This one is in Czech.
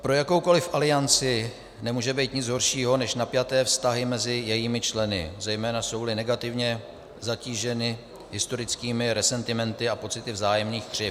Pro jakoukoliv alianci nemůže být nic horšího než napjaté vztahy mezi jejími členy, zejména jsouli negativně zatíženy historickými resentimenty a pocity vzájemných křivd.